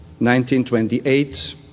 1928